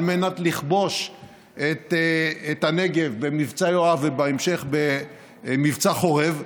על מנת לכבוש את הנגב במבצע יואב ובהמשך במבצע חורב,